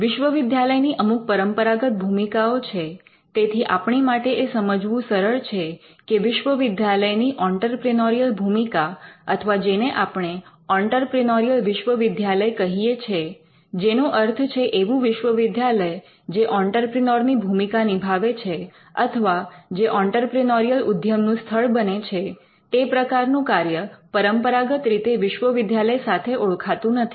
વિશ્વવિદ્યાલયની અમુક પરંપરાગત ભૂમિકાઓ છે તેથી આપણી માટે એ સમજવું સરળ છે કે વિશ્વવિદ્યાલયની ઑંટરપ્રિનોરિયલ ભૂમિકા અથવા જેને આપણે ઑંટરપ્રિનોરિયલ વિશ્વવિદ્યાલય કહીએ છે જેનો અર્થ છે એવું વિશ્વવિદ્યાલય જે ઑંટરપ્રિનોર ની ભૂમિકા નિભાવે છે અથવા જે ઑંટરપ્રિનોરિયલ ઉદ્યમનું સ્થળ બને છે તે પ્રકારનું કાર્ય પરંપરાગત રીતે વિશ્વવિદ્યાલય સાથે ઓળખાતું નથી